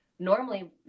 Normally